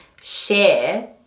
share